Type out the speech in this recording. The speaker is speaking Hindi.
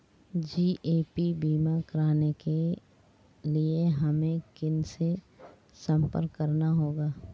जी.ए.पी बीमा कराने के लिए हमें किनसे संपर्क करना होगा?